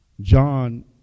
John